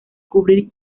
cubrir